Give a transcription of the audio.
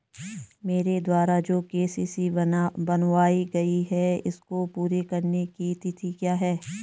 मेरे द्वारा जो के.सी.सी बनवायी गयी है इसको पूरी करने की तिथि क्या है?